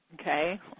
Okay